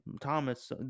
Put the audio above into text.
Thomas